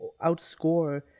outscore